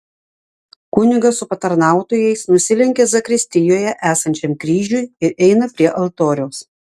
kunigas su patarnautojais nusilenkia zakristijoje esančiam kryžiui ir eina prie altoriaus